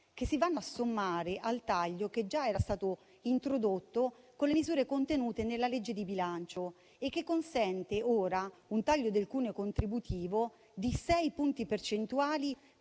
che si vanno a sommare al taglio che già era stato introdotto con le misure contenute nella legge di bilancio. Ciò consente di realizzare ora un taglio del cuneo contributivo di sei punti percentuali